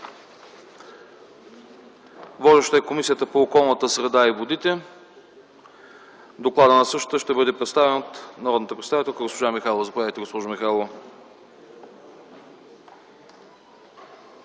Водеща е Комисията по околната среда и водите. Докладът на същата ще бъде представен от народния представител госпожа Михайлова.